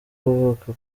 kuvuka